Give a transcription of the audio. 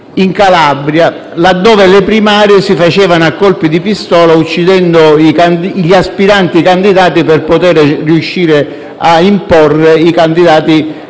in Calabria, dove le primarie si facevano a colpi di pistola uccidendo gli aspiranti candidati per poter imporre quelli